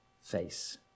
face